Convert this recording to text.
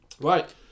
Right